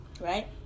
right